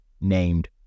named